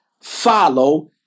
follow